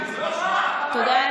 תודה.